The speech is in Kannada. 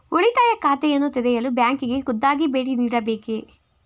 ಉಳಿತಾಯ ಖಾತೆಯನ್ನು ತೆರೆಯಲು ಬ್ಯಾಂಕಿಗೆ ಖುದ್ದಾಗಿ ಭೇಟಿ ನೀಡಬೇಕೇ?